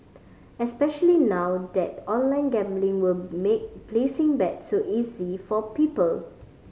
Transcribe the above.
especially now that online gambling will make placing bets so easy for people